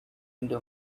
into